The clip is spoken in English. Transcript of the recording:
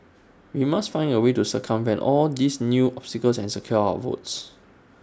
we must find A way to circumvent all these new obstacles and secure our votes